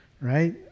Right